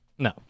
No